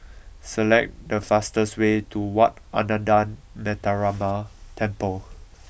select the fastest way to Wat Ananda Metyarama Temple